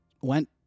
went